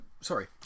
Sorry